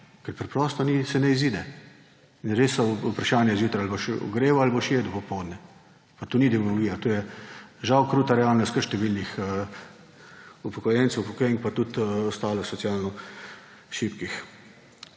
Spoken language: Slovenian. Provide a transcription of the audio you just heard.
ker preprosto se ne izide. In res je vprašanje zjutraj – ali boš ogreval, ali boš jedel popoldne. Pa to ni demagogija, to je žal kruta realnost kar številnih upokojencev, upokojenk in tudi ostalih socialno šibkih.